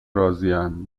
راضیم